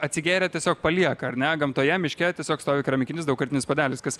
atsigėrę tiesiog palieka ar ne gamtoje miške tiesiog stovi keramikimis daugkartinis puodelis kas